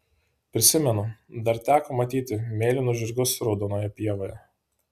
prisimenu dar teko matyti mėlynus žirgus raudonoje pievoje